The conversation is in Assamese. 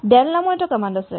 ডেল নামৰ এটা কমান্ড আছে